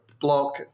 block